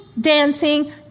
dancing